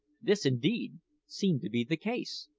this indeed seemed to be the case,